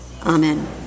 Amen